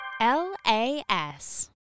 L-A-S